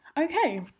Okay